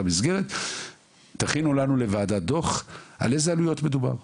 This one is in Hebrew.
מסגרת שיכין לנו לוועדה דוח באיזה עלויות מדובר.